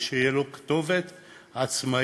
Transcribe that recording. ושתהיה לו כתובת עצמאית,